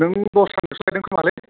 नों दस्रानावसो लायदों खोमालै